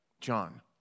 John